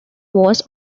was